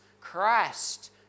Christ